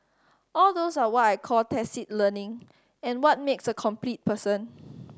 all those are why I call tacit learning and what makes a complete person